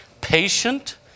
patient